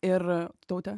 ir tautė